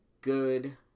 good